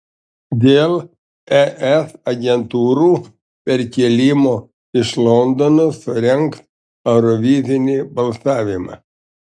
dėl es agentūrų perkėlimo iš londono surengs eurovizinį balsavimą